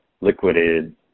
Liquidated